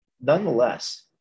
Nonetheless